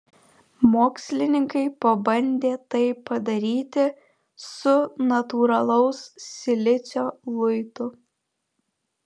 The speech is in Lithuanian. mokslininkai pabandė tai padaryti su natūralaus silicio luitu